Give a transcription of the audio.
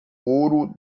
ouro